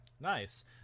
nice